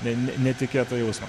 ne netikėtą jausmą